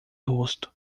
rosto